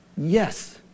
yes